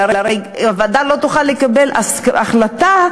אבל הרי הוועדה לא תוכל לקבל החלטה,